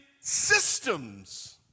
systems